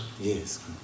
Yes